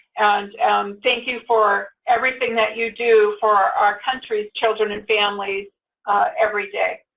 and um thank you for everything that you do for our country's children and families every day.